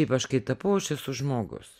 ypač kai tapau aš esu žmogus